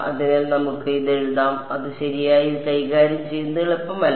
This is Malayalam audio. അതിനാൽ നമുക്ക് ഇത് എഴുതാം അത് ശരിയായി കൈകാര്യം ചെയ്യുന്നത് എളുപ്പമല്ല